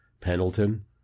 Pendleton